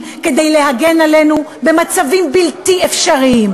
כדי להגן עלינו במצבים בלתי אפשריים,